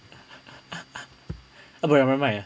apa ramai ramai ah